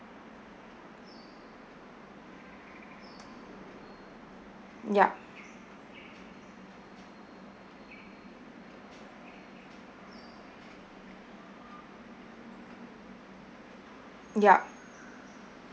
yup yup